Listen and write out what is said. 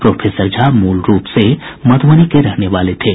professor Jha मूल रूप से मधुबनी के रहने वाले थे